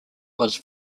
was